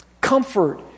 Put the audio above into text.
Comfort